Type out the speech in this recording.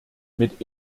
mit